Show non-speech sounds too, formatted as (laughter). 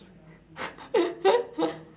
(laughs)